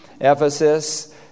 Ephesus